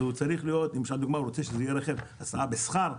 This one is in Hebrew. אם רוצים שזה יהיה רכב הסעה בשכר,